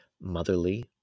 motherly